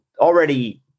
already